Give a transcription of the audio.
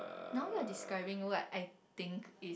now you're describing what I think is